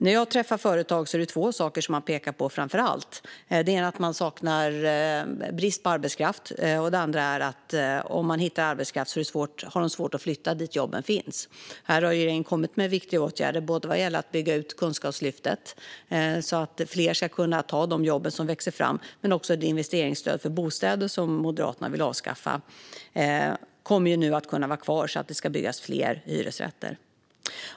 När jag träffar företag är det framför allt två saker som man pekar på. Den ena är brist på arbetskraft och den andra att den arbetskraft man hittar har svårt att flytta dit där jobben finns. Här har regeringen kommit med viktiga åtgärder både vad gäller att bygga ut Kunskapslyftet så att fler ska kunna ta de jobb som växer fram och att ett investeringsstöd för bostäder, som Moderaterna vill avskaffa, nu kommer att kunna vara kvar så att det kan byggas fler hyresrätter.